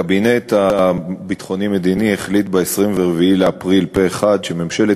הקבינט הביטחוני-מדיני החליט ב-24 באפריל פה-אחד שממשלת